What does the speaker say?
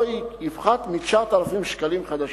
לא יפחת מ-9,000 שקלים חדשים.